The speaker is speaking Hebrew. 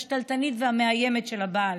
השתלטנית והמאיימת של הבעל,